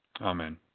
Amen